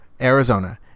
Arizona